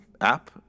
app